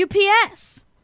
UPS